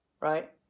right